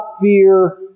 fear